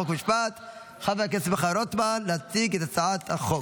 חוק ומשפט חבר הכנסת שמחה רוטמן להציג את הצעת החוק,